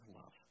love